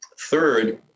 Third